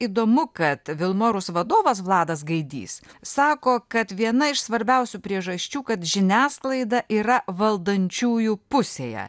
įdomu kad vilmorus vadovas vladas gaidys sako kad viena iš svarbiausių priežasčių kad žiniasklaida yra valdančiųjų pusėje